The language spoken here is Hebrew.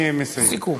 אני מסיים.